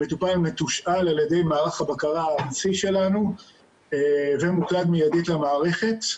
המטופל מתושאל על ידי מערך הבקרה הארצי שלנו ומוקלד מיידית למערכת.